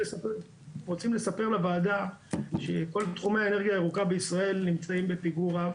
רוצים לספר לוועדה שכל תחומי האנרגיה הירוקה בישראל נמצאים בפיגור רב,